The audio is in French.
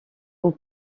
aux